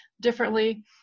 differently